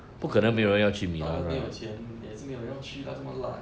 当然没有当然没钱也是没有人要去 lah 这么烂